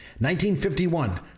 1951